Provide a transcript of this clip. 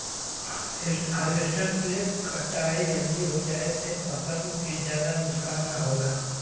harvester से कटाई जल्दी हो जाये से फसल के जादा नुकसान न होला